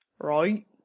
right